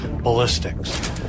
ballistics